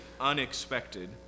unexpected